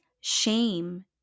Shame